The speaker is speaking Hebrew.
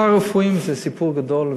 טיפולים פארה-רפואיים זה סיפור גדול,